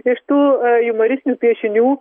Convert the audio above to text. iš tų jumoristinių piešinių